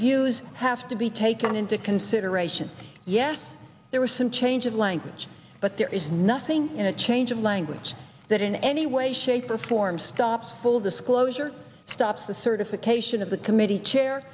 views have to be taken into consideration yes there was some change of language but there is nothing in a change of language that in any way shape or form stop full disclosure stops the certification of the committee chair